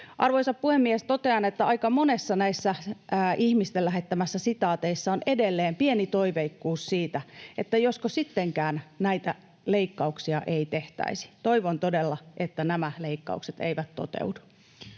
Arvoisa puhemies! Totean, että aika monessa näistä ihmisten lähettämistä sitaateista on edelleen pieni toiveikkuus siitä, että josko sittenkään näitä leikkauksia ei tehtäisi. Toivon todella, että nämä leikkaukset eivät toteudu.